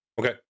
Okay